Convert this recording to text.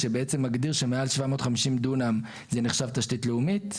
שבעצם מגדיר שמעל 750 דונם זה נחשב תשתית לאומית,